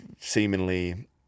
seemingly